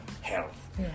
health